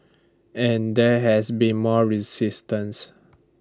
and there has been more resistance